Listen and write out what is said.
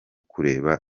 kureba